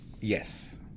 Yes